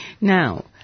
Now